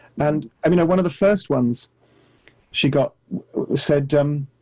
and i mean, one of the first ones she got said, um